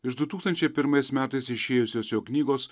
iš du tūkstančiai pirmais metais išėjusios jo knygos